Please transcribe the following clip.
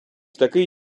такий